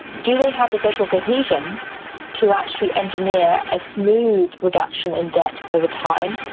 do they have the social cohesion to actually engineer a smooth reduction in debt over time?